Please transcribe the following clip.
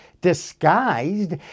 disguised